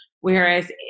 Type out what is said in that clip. Whereas